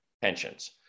pensions